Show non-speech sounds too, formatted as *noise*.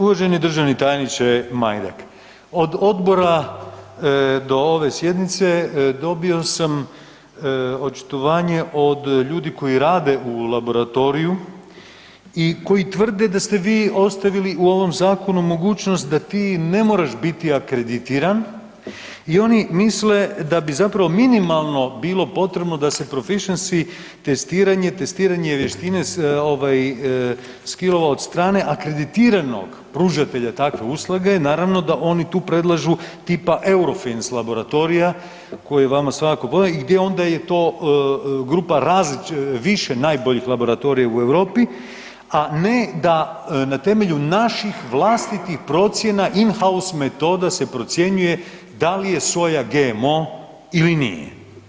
Uvaženi državni tajniče Majdak, od odbora do ove sjednice, dobio sam očitovanje od ljudi koji rade u laboratoriju i koji tvrde da ste vi ostavili u ovom zakonu mogućnost da ti ne moraš biti akreditiran i oni misle da bi zapravo minimalno bilo potrebno da se proficiency testiranje, testiranje vještine ... *unintelligible* od strane akreditiranog pružatelja takve usluge, naravno da oni tu predlažu tipa Eurofins laboratorija koji je vama svakako ... *unintelligible* i gdje onda je to grupa više najboljih laboratorija u Europi a ne da na temelju naših vlastitih procjena, in house metoda se procjenjuje da li je soja GMO ili nije.